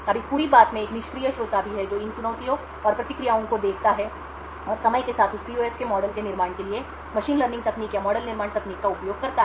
अब इस पूरी बात में एक निष्क्रिय श्रोता भी है जो इन चुनौतियों और प्रतिक्रियाओं को देखता है और समय के साथ उस PUF के एक मॉडल के निर्माण के लिए मशीन लर्निंग तकनीक या मॉडल निर्माण तकनीक का उपयोग करता है